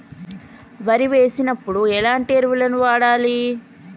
వరి వేసినప్పుడు ఎలాంటి ఎరువులను వాడాలి?